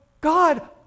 God